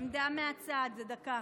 עמדה מהצד, דקה.